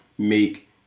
make